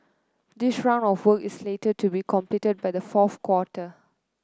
this round of works is slated to be completed by the fourth quarter